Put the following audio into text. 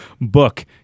book